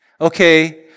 okay